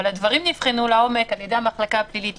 אבל הדברים נבחנו לעומק על-ידי המחלקה הפלילית-